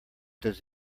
does